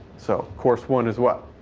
so course one is what?